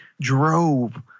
drove